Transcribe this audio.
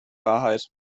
wahrheit